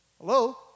Hello